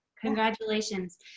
Congratulations